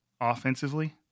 offensively